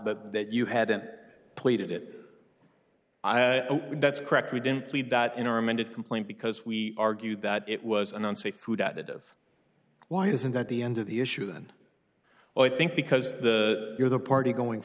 but that you hadn't pleaded it i know that's correct we didn't plead that in our amended complaint because we argued that it was an unsafe food additive why isn't that the end of the issue then well i think because the you're the party going